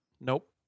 Nope